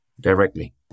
directly